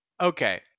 Okay